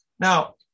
Now